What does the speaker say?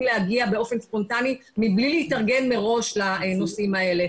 להגיע באופן ספונטני מבלי להתארגן מראש לנושאים האלה,